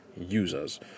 users